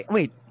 Wait